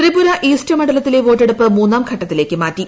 Tripura east മണ്ഡലത്തിലെ വോട്ടെടുപ്പ് മൂന്നാം ഘട്ടത്തിലേക്ക് മാറ്റി